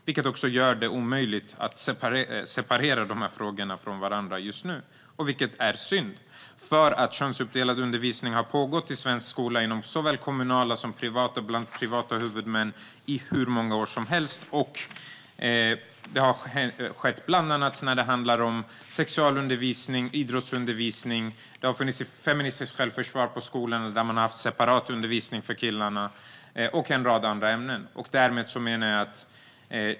Det gör det omöjligt att separera dessa frågor från varandra just nu, vilket är synd. Könsuppdelad undervisning har funnits i svensk skola hos såväl kommunala som privata huvudmän i hur många år som helst, bland annat när det handlar om sexualundervisning och idrottsundervisning. På skolor har det funnits separat undervisning för killar när man undervisat i feministiskt självförsvar och en rad andra ämnen.